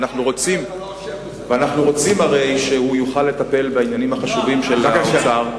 ואנחנו הרי רוצים שהוא יוכל לטפל בעניינים החשובים של האוצר.